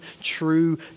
true